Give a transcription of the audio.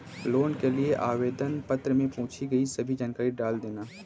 loan के लिए आवेदन पत्र में पूछी गई सभी जानकारी डाल देना